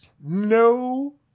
no